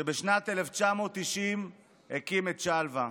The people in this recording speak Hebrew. שבשנת 1990 הקים את שלוה.